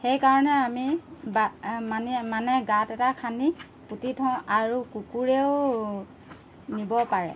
সেইকাৰণে আমি বা মানে মানে গাঁত এটা খান্দি পুতি থওঁ আৰু কুকুৰেও নিব পাৰে